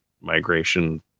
migration